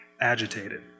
agitated